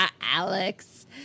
Alex